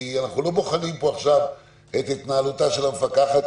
כי אנחנו לא בוחנים עכשיו את התנהלותה של המפקחת,